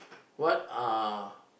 what are